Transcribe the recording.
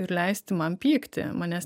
ir leisti man pykti manęs